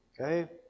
okay